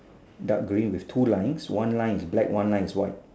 dark green with two lines one line is black one line is white